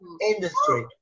industry